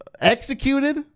executed